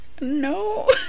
No